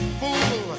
fool